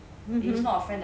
mmhmm